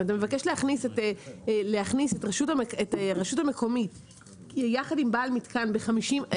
אם אתה מבקש להכניס את הרשות המקומית יחד עם בעל מתקן ב-50א,